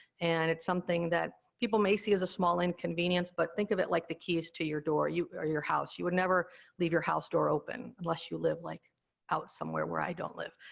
and it's something that people may see as a small inconvenience, but think of it like the keys to your door, or your house. you would never leave your house door open, unless you live, like out somewhere where i don't live